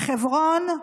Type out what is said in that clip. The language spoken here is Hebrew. חברון,